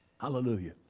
Hallelujah